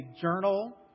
journal